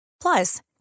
Plus